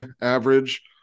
average